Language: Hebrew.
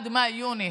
עד מאי-יוני.